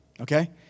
Okay